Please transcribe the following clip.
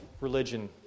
religion